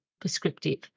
prescriptive